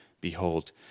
behold